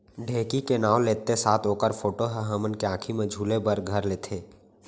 ढेंकी के नाव लेत्ते साथ ओकर फोटो ह हमन के आंखी म झूले बर घर लेथे